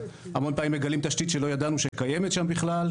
המון פעמים מגלים תשתית שלא ידענו שקיימת שם בכלל.